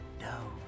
no